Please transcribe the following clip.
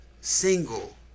Single